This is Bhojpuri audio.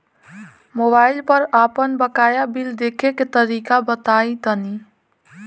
मोबाइल पर आपन बाकाया बिल देखे के तरीका बताईं तनि?